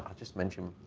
but just mention,